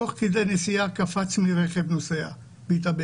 תוך כדי נסיעה הוא קפץ מרכב נוסע והתאבד.